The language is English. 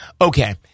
okay